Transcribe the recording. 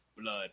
blood